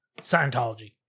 Scientology